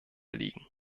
liegen